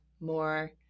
more